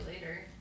later